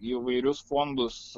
įvairius fondus